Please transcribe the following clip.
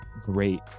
great